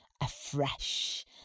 afresh